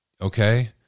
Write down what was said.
okay